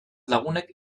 lagunek